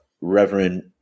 Reverend